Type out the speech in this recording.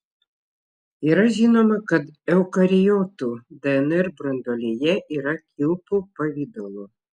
yra žinoma kad eukariotų dnr branduolyje yra kilpų pavidalo